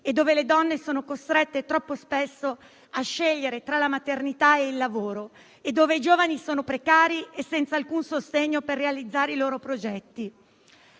e dove le donne sono costrette, troppo spesso, a scegliere tra la maternità e il lavoro e dove i giovani sono precari e senza alcun sostegno per realizzare i loro progetti.